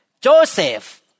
Joseph